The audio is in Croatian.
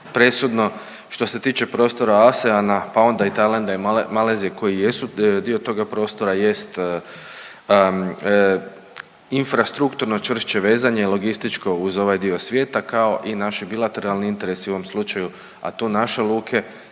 presudno. Što se tiče prostora ASEANA, pa onda i Tajlanda i Malezije koji jesu dio toga prostora jest infrastrukturno čvršće vezanje logističko uz ovaj dio svijeta kao i naši bilateralni interesi u ovom slučaju, a tu naše luke